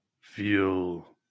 feel